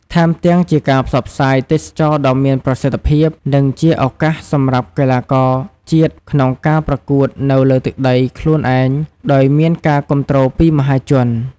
ថែមទាំងជាការផ្សព្វផ្សាយទេសចរណ៍ដ៏មានប្រសិទ្ធភាព និងជាឱកាសសម្រាប់កីឡាករជាតិក្នុងការប្រកួតនៅលើទឹកដីខ្លួនឯង ដោយមានការគាំទ្រពីមហាជន។